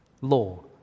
Law